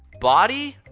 body!